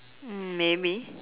mm maybe